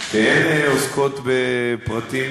הן עוסקות בפרטים